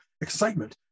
excitement